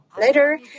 Later